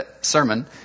sermon